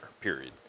Period